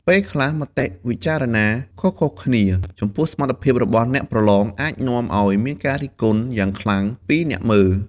ពេលខ្លះមតិវិចារណាខុសៗគ្នាចំពោះសមត្ថភាពរបស់អ្នកប្រឡងអាចនាំឱ្យមានការរិះគន់យ៉ាងខ្លាំងពីអ្នកមើល។